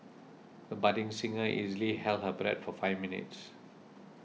the budding singer easily held her breath for five minutes